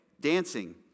Dancing